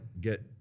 get